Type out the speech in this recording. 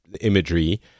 imagery